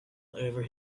over